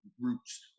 Roots